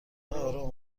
آرام